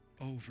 over